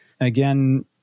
Again